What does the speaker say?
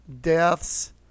deaths